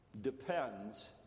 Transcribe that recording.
depends